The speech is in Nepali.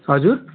हजुर